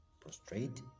prostrate